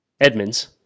Edmonds